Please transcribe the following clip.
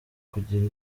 kutagira